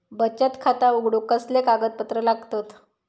बचत खाता उघडूक कसले कागदपत्र लागतत?